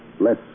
less